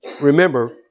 Remember